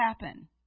happen